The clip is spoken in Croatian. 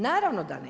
Naravno da ne.